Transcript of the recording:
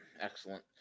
Excellent